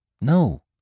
No